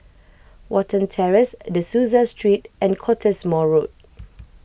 Watten Terrace De Souza Street and Cottesmore Road